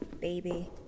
Baby